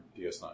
DS9